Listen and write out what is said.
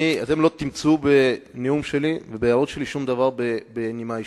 אתם לא תמצאו בנאום שלי ובהערות שלי שום דבר בנימה אישית.